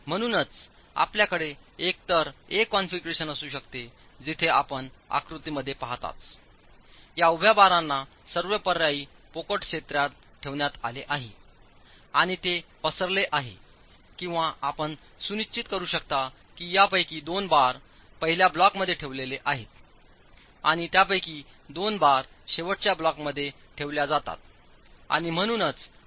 म्हणूनच आपल्याकडे एकतर एक कॉन्फिगरेशन असू शकते जिथे आपण आकृतीमध्ये पहाताच या उभ्या बारांना सर्व पर्यायी पोकळ क्षेत्रात ठेवण्यात आले आहे आणि ते पसरले आहे किंवा आपण सुनिश्चित करू शकता की यापैकी दोन बार पहिल्या ब्लॉकमध्ये ठेवलेले आहेत आणि त्यापैकी दोन बार शेवटच्या ब्लॉकमध्ये ठेवल्या जातात आणि म्हणूनच आपण त्यांना केंद्रित करीत आहात